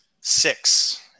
six